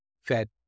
Fed